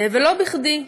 ולא בכדי,